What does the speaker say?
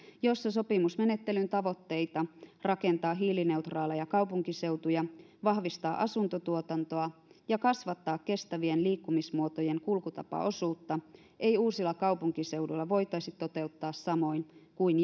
jossa sopimusmenettelyn tavoitteita rakentaa hiilineutraaleja kaupunkiseutuja vahvistaa asuntotuotantoa ja kasvattaa kestävien liikkumismuotojen kulkutapaosuutta ei uusilla kaupunkiseuduilla voitaisi toteuttaa samoin kuin